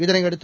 இதனையடுத்து